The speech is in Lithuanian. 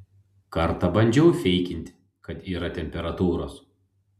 kartą bandžiau feikint kad yra temperatūros